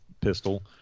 pistol